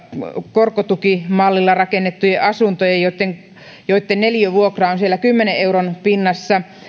korkotukimallilla rakennettujen asuntojen joitten neliövuokra on siellä kymmenen euron pinnassa